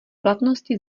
platnosti